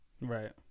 Right